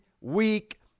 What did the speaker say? week